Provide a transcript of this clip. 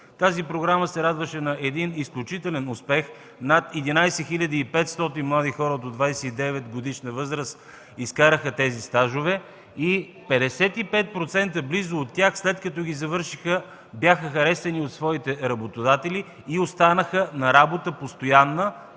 Тази програма се радваше на изключителен успех – над 11 хил. 500 млади хора до 29-годишна възраст изкараха тези стажове и близо 55% от тях, след като ги завършиха, бяха харесани от своите работодатели и останаха на постоянна